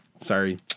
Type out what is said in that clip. Sorry